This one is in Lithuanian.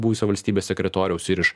buvusio valstybės sekretoriaus ir iš